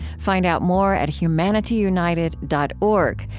find out more at humanityunited dot org,